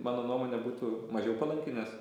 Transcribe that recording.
mano nuomonė būtų mažiau palanki nes